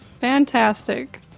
Fantastic